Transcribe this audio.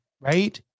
right